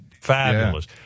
Fabulous